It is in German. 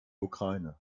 ukraine